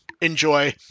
enjoy